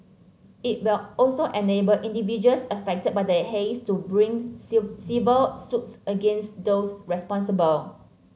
it will also enable individuals affected by the haze to bring civil suits against those responsible